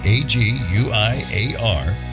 A-G-U-I-A-R